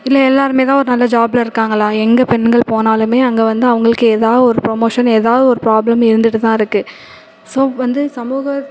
இல்லை எல்லாருமே தான் ஒரு நல்ல ஜாப்ல இருக்காங்களா எங்கள் பெண்கள் போனாலுமே அங்கே வந்து அவங்களுக்கு எதாது ஒரு ப்ரோமோஷன் எதாது ஒரு ப்ரோப்லேம் இருந்துட்டு தான் இருக்குது ஸோ வந்து சமூக